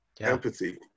empathy